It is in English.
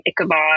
Ichabod